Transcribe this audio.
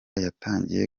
yatangiye